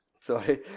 Sorry